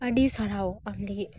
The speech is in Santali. ᱟᱹᱰᱤ ᱥᱟᱨᱦᱟᱣ ᱟᱢ ᱞᱟᱹᱜᱤᱫ